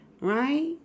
right